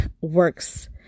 works